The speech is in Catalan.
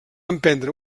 emprendre